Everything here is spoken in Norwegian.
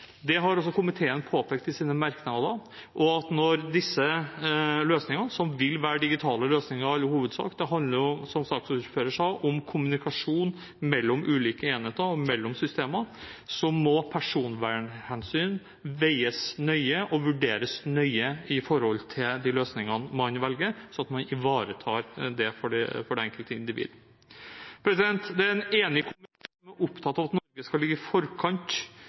Det har også komiteen påpekt i sine merknader. Når det gjelder de løsningene man velger, som i all hovedsak vil være digitale – det handler, som saksordføreren sa, om kommunikasjon mellom ulike enheter og mellom systemer – må personvernhensyn veies nøye og vurderes nøye, sånn at man ivaretar det for det enkelte individ. Det er en enstemmig komité som er opptatt av at Norge skal ligge i forkant